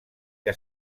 què